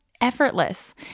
effortless